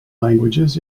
languages